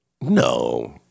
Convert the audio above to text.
No